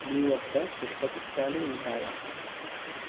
మీవద్ద పుష్పగుచ్చాలు ఉంటాయా